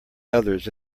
others